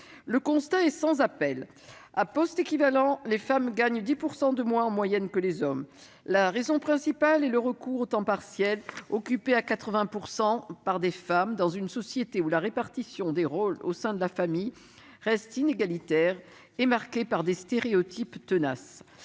Le constat est sans appel : à poste équivalent, les femmes gagnent en moyenne 10 % de moins que les hommes. La raison principale est le recours au temps partiel. Les emplois dont il s'agit sont occupés à 80 % par des femmes, dans une société où la répartition des rôles au sein de la famille reste inégalitaire et marquée par des stéréotypes tenaces.